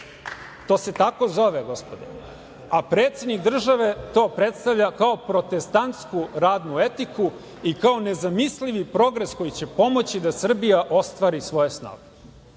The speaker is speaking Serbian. To se tako zove, gospodo, a predsednik države to predstavlja kao protestantsku radnu etiku i kao nezamislivi progres koji će pomoći da Srbija ostvari svoje snove.